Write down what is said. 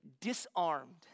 disarmed